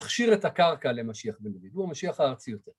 ‫תכשיר את הקרקע למשיח בן דוד, ‫הוא המשיח הארצי יותר.